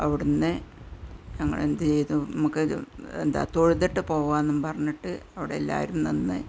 അവിടെ നിന്ന് ഞങ്ങളെന്തെയ്തു നമുക്ക് എന്താ തൊഴുതിട്ട് പോകുകയെന്നു പറഞ്ഞിട്ട് അവിടെ എല്ലാവരും നിന്ന്